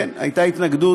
כן, הייתה התנגדות.